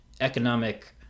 economic